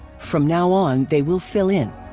from now on they will fill in.